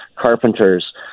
carpenters